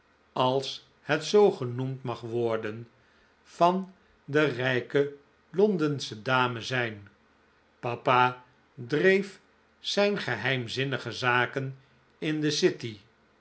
als het zoo genoemd mag worden van de rijke londensche dame zijn papa dreef zijn geheimzinnige zaken in de city